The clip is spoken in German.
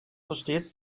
versteht